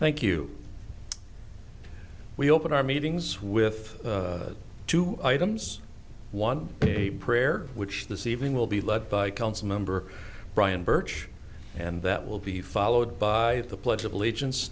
thank you we open our meetings with two items one a prayer which this evening will be led by council member bryan birch and that will be followed by the pledge of allegiance